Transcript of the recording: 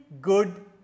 good